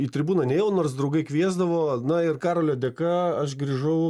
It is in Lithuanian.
į tribūną nėjau nors draugai kviesdavo na ir karolio dėka aš grįžau